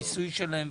המיסוי שלהן וכו'.